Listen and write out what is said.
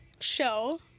show